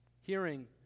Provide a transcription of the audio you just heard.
hearing